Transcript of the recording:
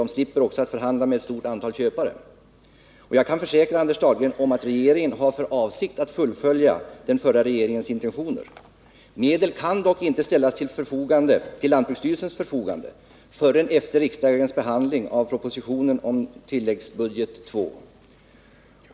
De slipper förhandla med ett stort antal köpare. Jag kan försäkra Anders Dahlgren om att regeringen har för avsikt att fullfölja den förra regeringens intentioner. Medel kan inte ställas till lantbruksstyrelsens förfogande förrän efter riksdagens behandling av propositionen om tilläggsbudget II.